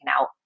out